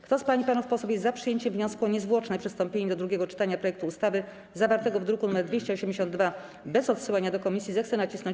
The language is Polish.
Kto z pań i panów posłów jest za przyjęciem wniosku o niezwłoczne przystąpienie do drugiego czytania projektu ustawy zawartego w druku nr 282, bez odsyłania do komisji, zechce nacisnąć